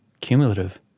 Cumulative